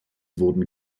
wurden